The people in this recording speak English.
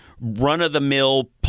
run-of-the-mill